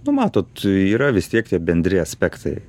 nu matot yra vis tiek tie bendri aspektai